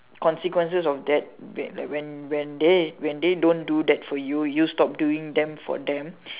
consequences of that be that when when they when they don't do that for you you stop doing them for them